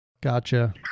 Gotcha